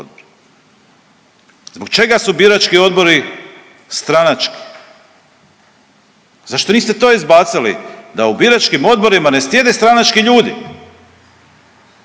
Zbog čega su birački odbori stranački? Zašto niste to izbacili da u biračkim odborima ne sjede stranački ljudi?